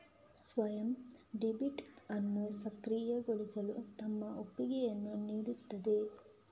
ಸ್ವಯಂ ಡೆಬಿಟ್ ಅನ್ನು ಸಕ್ರಿಯಗೊಳಿಸಲು ತಮ್ಮ ಒಪ್ಪಿಗೆಯನ್ನು ನೀಡುತ್ತದೆ